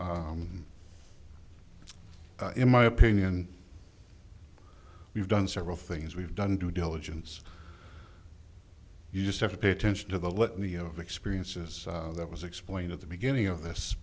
in my opinion we've done several things we've done due diligence you just have to pay attention to the litany of experiences that was explained at the beginning of this